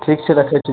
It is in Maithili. ठीक छै रखैत छी